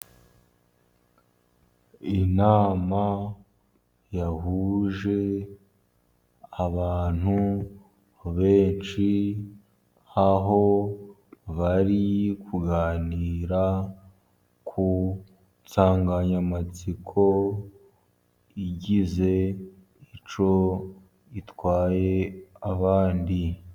Inama yahuje abantu benshi aho bari kuganira ku nsanganyamatsiko igize umuco itwaye abandi.